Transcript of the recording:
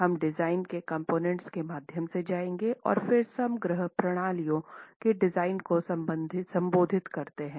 हम डिजाइन के कंपोनेंट्स के माध्यम से जाएंगे और फिर समग्र प्रणालियों के डिजाइन को संबोधित करते हैं